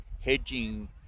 hedging